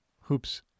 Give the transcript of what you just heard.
hoops